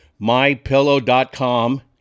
mypillow.com